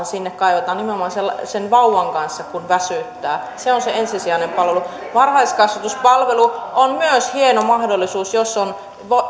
sinne kaivataan nimenomaan sen vauvan kanssa kun väsyttää se on se ensisijainen palvelu varhaiskasvatuspalvelu on myös hieno mahdollisuus